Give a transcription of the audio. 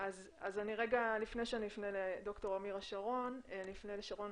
אז לפני שאפנה לד"ר אמירה שרון אני אפנה לשרון